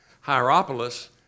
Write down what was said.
Hierapolis